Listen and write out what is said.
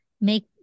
make